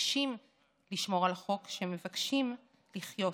שמבקשים לשמור על החוק, שמבקשים לחיות.